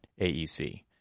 AEC